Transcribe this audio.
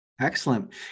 Excellent